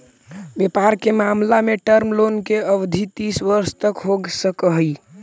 व्यापार के मामला में टर्म लोन के अवधि तीस वर्ष तक हो सकऽ हई